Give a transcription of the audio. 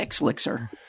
elixir